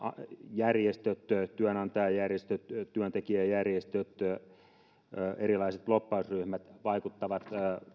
järjestöt työnantajajärjestöt työntekijäjärjestöt erilaiset lobbausryhmät vaikuttavat